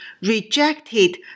rejected